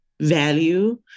value